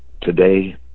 today